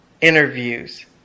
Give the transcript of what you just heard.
interviews